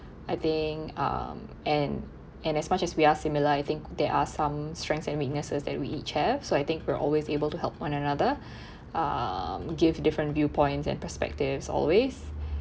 I think um and and as much as we are similar I think there are some strengths and weaknesses that we each have so I think we're always able to help one another um give different view points and perspectives always